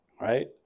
right